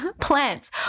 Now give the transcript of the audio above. plants